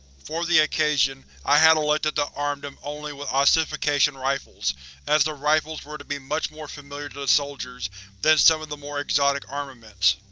for the occasion, i had elected to arm them only with ossification rifles as the rifles were to be much more familiar to the soldiers than some of the more exotic armaments.